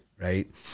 Right